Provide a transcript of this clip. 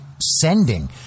sending